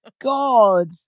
god